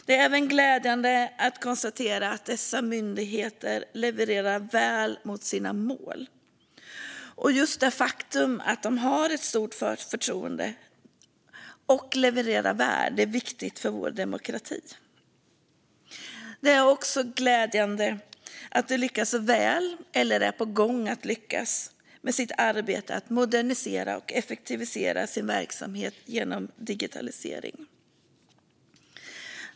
Det är även glädjande att konstatera att dessa myndigheter levererar väl mot sina mål. Just det faktum att de har ett stort förtroende och levererar väl är viktigt för vår demokrati. Det är också glädjande att de lyckas väl, eller är på gång att lyckas, med sitt arbete med att modernisera och effektivisera sin verksamhet genom digitalisering.